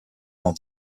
dans